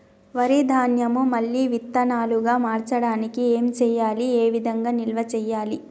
వరి ధాన్యము మళ్ళీ విత్తనాలు గా మార్చడానికి ఏం చేయాలి ఏ విధంగా నిల్వ చేయాలి?